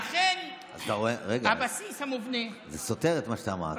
לכן, הבסיס המובנה, רגע, זה סותר את מה שאמרת.